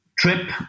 Trip